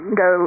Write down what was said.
go